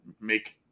make